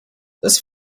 this